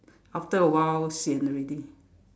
after a while sian already